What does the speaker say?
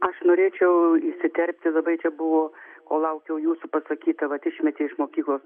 aš norėčiau įsiterpti labai čia buvo kol laukiau jūsų pasakyta vat išmetė iš mokyklos